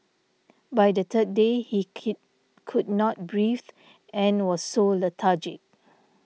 by the third day he could not breathe and was so lethargic